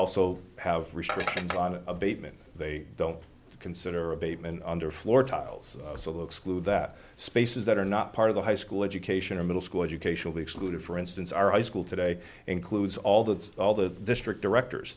also have restrictions on an abatement they don't consider abatement under floor tiles so the exclude that spaces that are not part of the high school education or middle school educationally excluded for instance our i school today includes all the all the district directors